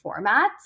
formats